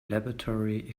laboratory